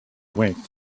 went